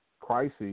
crisis